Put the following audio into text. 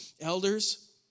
elders